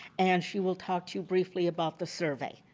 and she will talk to you briefly about the survey.